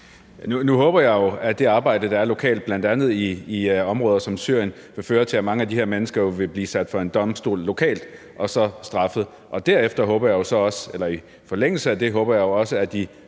Nu håber jeg jo, at det arbejde, der er lokalt, bl.a. i områder som Syrien, vil føre til, at mange af de her mennesker vil blive sat for en domstol lokalt og så straffet, og i forlængelse af det håber jeg også, at de